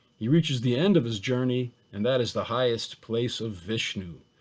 he reaches the end of his journey, and that is the highest place of vishnu.